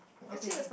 okay